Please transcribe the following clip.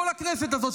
כל הכנסת הזאת,